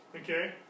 Okay